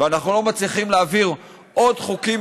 ואנחנו לא מצליחים להעביר עוד חוקים